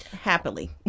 happily